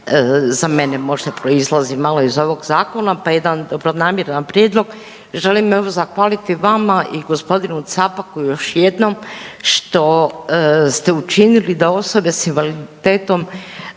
za mene možda proizlazi malo iz ovog zakona, pa jedan dobronamjeran prijedlog, želim evo zahvaliti vama i gospodinu Capaku još jednom što ste učinili da osobe s invaliditetom